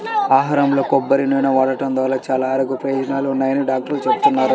ఆహారంలో కొబ్బరి నూనె వాడటం ద్వారా చాలా ఆరోగ్య ప్రయోజనాలున్నాయని డాక్టర్లు చెబుతున్నారు